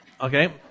okay